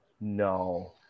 No